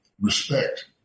respect